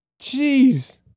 Jeez